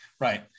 Right